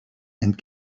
and